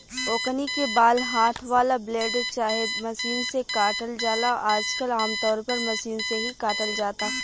ओकनी के बाल हाथ वाला ब्लेड चाहे मशीन से काटल जाला आजकल आमतौर पर मशीन से ही काटल जाता